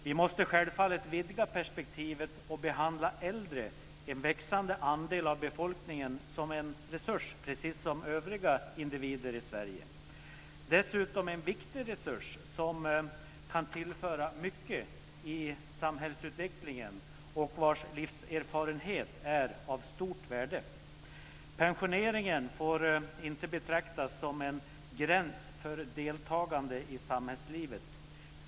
Vi måste självfallet vidga perspektivet och behandla äldre - en växande andel av befolkningen - som en resurs, precis som övriga individer i Sverige. De är dessutom en viktig resurs som kan tillföra mycket i samhällsutvecklingen och vars livserfarenhet är av stort värde. Pensioneringen får inte betraktas som en gräns för deltagande i samhällslivet.